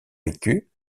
vécu